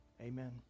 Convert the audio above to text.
Amen